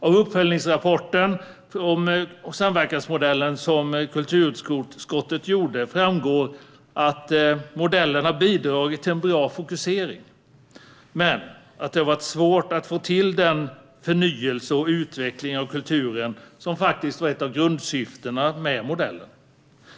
Av den uppföljningsrapport om samverkansmodellen som kulturutskottet gjorde framgår att modellen har bidragit till en bra fokusering men att det har varit svårt att få till den förnyelse och utveckling av kulturen som faktiskt var ett av grundsyftena med modellen.